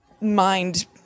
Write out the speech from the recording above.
mind